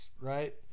right